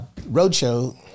roadshow